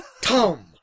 Tom